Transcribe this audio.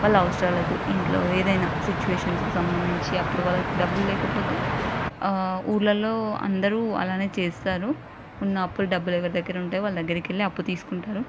వాళ్ళ అవసరాలకు ఇంట్లో ఏదైనా సిట్యుయేషన్స్కి సంబంధించి అప్పుడు వాళ్ళకు డబ్బులు లేకపోతే ఊర్లలో అందరూ అలానే చేస్తారు ఉన్నప్పుడు డబ్బులు ఎవరి దగ్గర ఉంటే వాళ్ళ దగ్గరకెళ్ళి అప్పు తీసుకుంటారు